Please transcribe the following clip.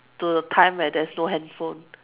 to the time where there's no handphone